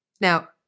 Now